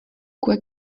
quoi